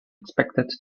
expected